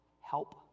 help